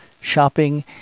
shopping